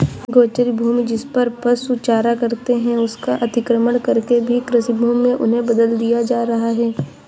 गोचर भूमि, जिसपर पशु चारा चरते हैं, उसका अतिक्रमण करके भी कृषिभूमि में उन्हें बदल दिया जा रहा है